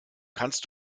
kannst